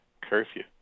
curfew